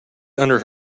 under